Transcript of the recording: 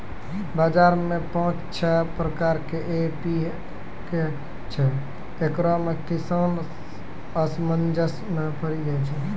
बाजार मे पाँच छह प्रकार के एम.पी.के छैय, इकरो मे किसान असमंजस मे पड़ी जाय छैय?